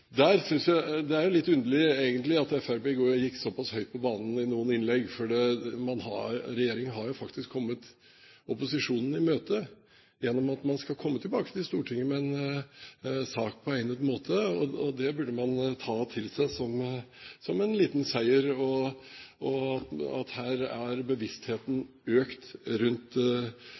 der. Det er litt underlig, egentlig, at Fremskrittspartiet gikk såpass høyt på banen i noen innlegg, for regjeringen har jo faktisk kommet opposisjonen i møte gjennom at man skal komme tilbake til Stortinget med en sak på egnet måte. Det burde man ta til seg som en liten seier – at her er bevisstheten økt rundt